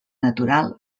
natural